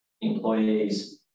employees